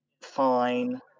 fine